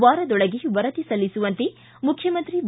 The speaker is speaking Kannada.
ವಾರದೊಳಗೆ ವರದಿ ಸಲ್ಲಿಸುವಂತೆ ಮುಖ್ಯಮಂತ್ರಿ ಬಿ